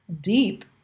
deep